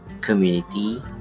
community